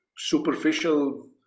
superficial